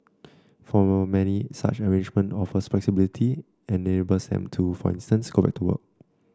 for many such an arrangement offers flexibility and enables them to for instance go back to work